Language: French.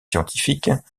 scientifiques